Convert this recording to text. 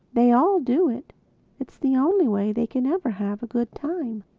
they all do it it's the only way they can ever have a good time.